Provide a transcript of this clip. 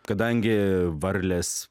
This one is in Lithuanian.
kadangi varlės